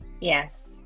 Yes